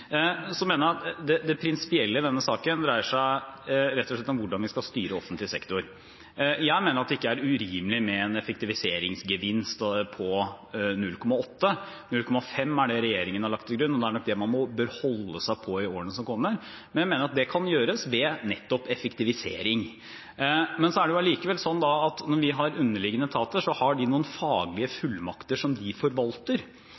mener at det prinsipielle i denne saken rett og slett dreier seg om hvordan vi skal styre offentlig sektor. Jeg mener at det ikke er urimelig med en effektiviseringsgevinst på 0,8. 0,5 er det regjeringen har lagt til grunn, og det er nok det man bør holde seg på i årene som kommer. Jeg mener at det kan gjøres ved nettopp effektivisering. Så er det allikevel slik at når vi har underliggende etater, har de noen faglige